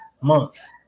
months